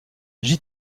j’y